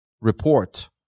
report